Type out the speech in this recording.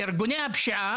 ארגוני הפשיעה,